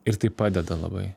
ir tai padeda labai